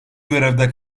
görevde